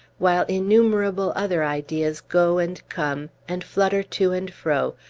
while innumerable other ideas go and come, and flutter to and fro,